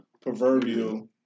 proverbial